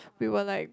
we were like